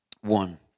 One